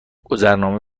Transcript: گذرنامه